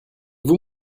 vous